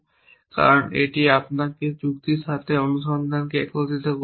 কারণ এটি আপনাকে যুক্তির সাথে অনুসন্ধানকে একত্রিত করতে দেয়